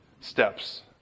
steps